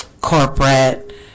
corporate